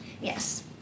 Yes